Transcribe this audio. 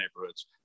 neighborhoods